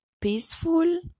peaceful